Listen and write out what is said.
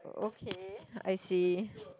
okay I see